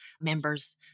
members